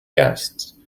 guests